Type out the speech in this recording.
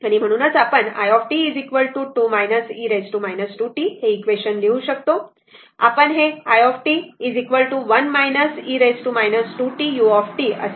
म्हणूनच आपण i t 2 e 2t हे इक्वेशन लिहू शकतो आपण it 1 e 2t u असे लिहू शकतो 1 e 2t u बरोबर